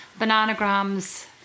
Bananagrams